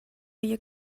you